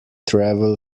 travel